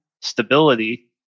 stability